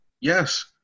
Yes